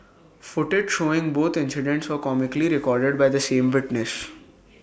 footage showing both incidents were comically recorded by the same witness